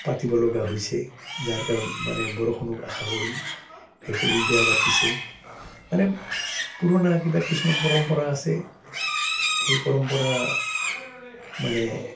পাতিব লগা হৈছে যাৰ কাৰণ মানে বৰষুণক আশা কৰি ভেকুলীৰ বিয়া পাতিছে মানে পুৰণা কিবা কিছুমান পৰম্পৰা আছে সেই পৰম্পৰা মানে